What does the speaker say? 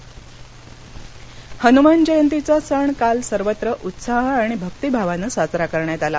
हनुमान जयंती हनुमान जयंतीचा सण काल सर्वत्र उत्साह आणि भक्तिभावानं साजरा करण्यात आला